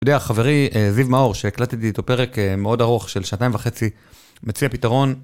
אתה יודע חברי זיו מאור שהקלטתי איתו פרק מאוד ארוך של שעתיים וחצי מציע פתרון